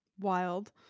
Wild